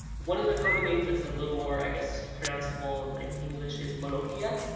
one of the common names that's a little more i guess pronounceable in like english is molokhia,